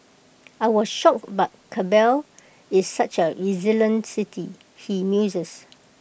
I was shocked but Kabul is such A resilient city he muses